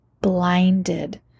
blinded